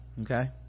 okay